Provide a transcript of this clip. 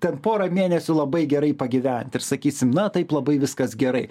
ten porą mėnesių labai gerai pagyvent sakysim na taip labai viskas gerai